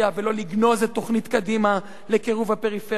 ולא לגנוז את תוכנית קדימה לקירוב הפריפריה.